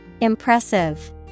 Impressive